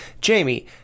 Jamie